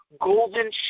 golden